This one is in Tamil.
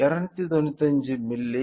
8 295 மில்லி